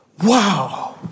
Wow